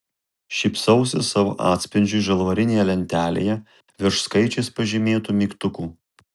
šypsausi savo atspindžiui žalvarinėje lentelėje virš skaičiais pažymėtų mygtukų